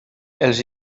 els